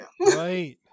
right